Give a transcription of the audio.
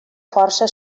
força